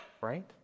right